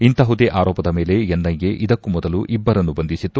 ಇಂತಹುದೇ ಆರೋಪದ ಮೇಲೆ ಎನ್ಐಎ ಇದಕ್ಕೂ ಮೊದಲು ಇಬ್ಬರನ್ನು ಬಂಧಿಸಿತ್ತು